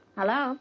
Hello